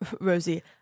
Rosie